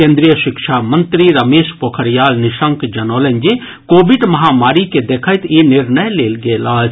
केन्द्रीय शिक्षा मंत्री रमेश पोखरियाल निशंक जनौलनि जे कोविड महामारी के देखैत ई निर्णय लेल गेल अछि